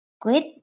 Quit